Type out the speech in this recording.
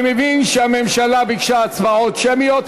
אני מבין שהממשלה ביקשה הצבעות שמיות,